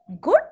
good